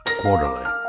Quarterly